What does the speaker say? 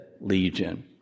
legion